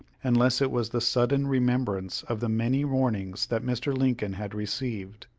unless it was the sudden remembrance of the many warnings that mr. lincoln had received.